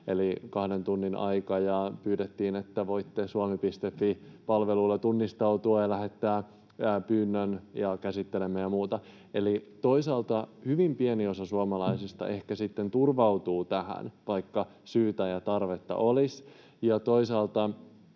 eli 2 tunnin aika, ja pyydettiin, että voitte Suomi.fi -palvelulla tunnistautua ja lähettää pyynnön ja käsittelemme ja muuta. Eli toisaalta hyvin pieni osa suomalaisista ehkä sitten turvautuu tähän, vaikka syytä ja tarvetta olisi.